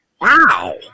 Wow